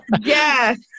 Yes